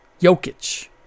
Jokic